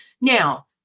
Now